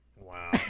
Wow